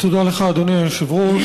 תודה לך, אדוני היושב-ראש.